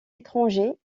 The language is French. étrangers